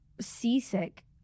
seasick